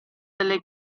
delle